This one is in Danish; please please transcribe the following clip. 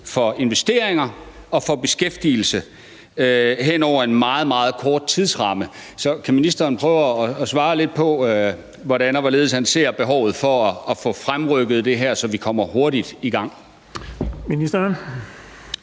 for investeringer og for beskæftigelse hen over en meget, meget kort tidsramme, så kan ministeren prøve at svare lidt på, hvordan og hvorledes han ser behovet for at få fremrykket det her, så vi kommer hurtigt i gang?